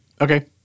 Okay